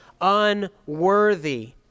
unworthy